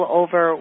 over